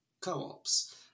co-ops